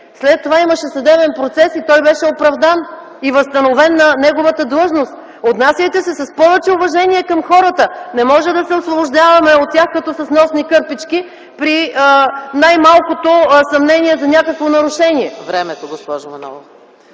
след това имаше съдебен процес и той беше оправдан и възстановен на своята длъжност. Отнасяйте се с повече уважение към хората! Не може да се освобождаваме от тях като с носни кърпички при най-малкото съмнение за някакво нарушение. ПРЕДСЕДАТЕЛ